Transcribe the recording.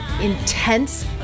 intense